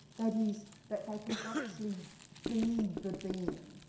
that is that they can actually be the being.